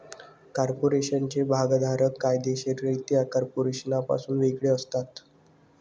कॉर्पोरेशनचे भागधारक कायदेशीररित्या कॉर्पोरेशनपासून वेगळे असतात